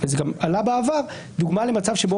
וזה גם עלה בעבר דוגמה למצב שבו